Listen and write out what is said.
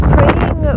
Praying